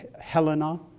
Helena